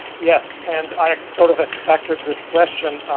yes, and i sort of expected this question.